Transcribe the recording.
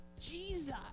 Jesus